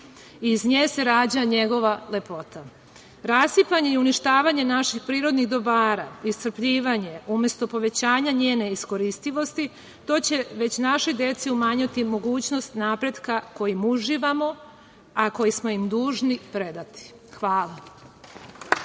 iz nje se rađa njegova lepota. Rasipanje i uništavanje naših prirodnih dobara, iscrpljivanje umesto povećanja njene iskoristivosti to će već našoj deci umanjiti mogućnost napretka koji uživamo, a koji smo im dužni predati. Hvala.